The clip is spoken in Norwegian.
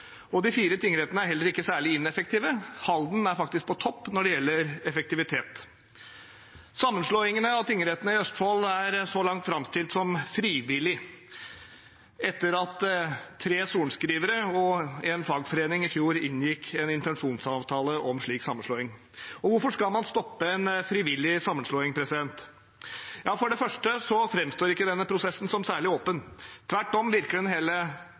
De fire tingrettene er heller ikke særlig ineffektive. Halden er faktisk på topp når det gjelder effektivitet. Sammenslåingen av tingrettene i Østfold er så langt framstilt som frivillig etter at tre sorenskrivere og en fagforening i fjor inngikk en intensjonsavtale om slik sammenslåing. Og hvorfor skal man stoppe en frivillig sammenslåing? For det første framstår ikke denne prosessen som særlig åpen. Tvert om virker den